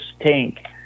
tank